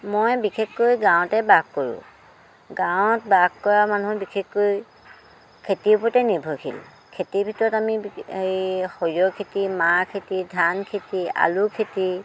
মই বিশেষকৈ গাঁৱতে বাস কৰোঁ গাঁৱত বাস কৰা মানুহৰ বিশেষকৈ খেতিৰ ওপৰতে নিৰ্ভৰশীল খেতিৰ ভিতৰত আমি এই সৰিয়হ খেতি মাহ খেতি ধান খেতি আলু খেতি